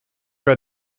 were